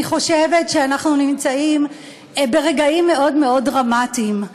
אני חושבת שאנחנו נמצאים ברגעים מאוד מאוד דרמטיים,